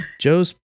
Joe's